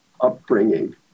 upbringing